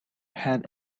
had